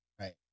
Right